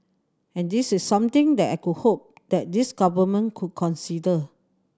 and this is something that I could hope that this Government could consider